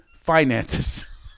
Finances